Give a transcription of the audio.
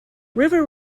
river